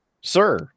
sir